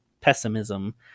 pessimism